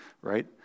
right